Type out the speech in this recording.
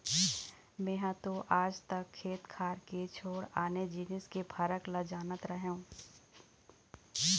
मेंहा तो आज तक खेत खार के छोड़ आने जिनिस के फरक ल जानत रहेंव